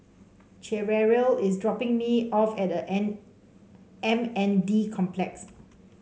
Cherrelle is dropping me off at N M N D Complex